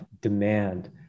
demand